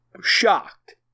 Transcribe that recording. shocked